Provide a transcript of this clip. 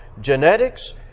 Genetics